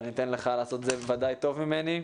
אבל אתן לך לעשות את זה בוודאי טוב ממני.